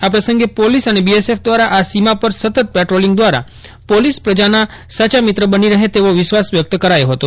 આ પ્રસંગે પોલીસ અને બીએસએફ દ્વારા આ સીમા પર સતત પેટ્રોલિંગ દ્વારા પોલીસ પ્રજાના સાચા મિત્ર બની રફે તેવો વિશ્વાસ વ્યક્ત કરાયો ફતો